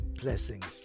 blessings